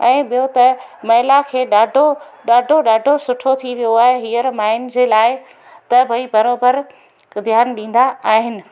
ऐं ॿियों त महिला खे ॾाढो ॾाढो ॾाढो सुठो थी वियो आहे हींअर माइनि जे लाइ त भई बराबरि त ध्यानु ॾींदा आहिनि